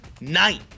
night